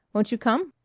won't you come?